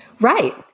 right